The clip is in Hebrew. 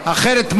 אחרת,